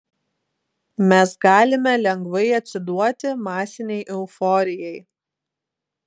mes galime lengvai atsiduoti masinei euforijai